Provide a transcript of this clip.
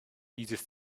dieses